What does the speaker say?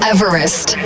Everest